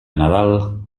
nadal